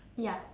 ya